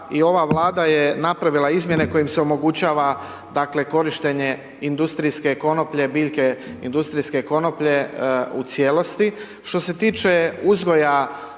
i ova Vlada je napravila izmjene kojim se omogućava dakle korištenje industrijske konoplje, biljke